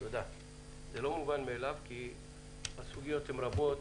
כי הסוגיות הן רבות